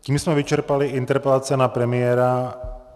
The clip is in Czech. Tím jsme vyčerpali interpelace na premiéra.